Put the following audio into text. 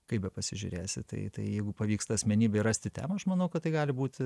kaip bepasižiūrėsi tai tai jeigu pavyksta asmenybei rasti temą aš manau kad tai gali būti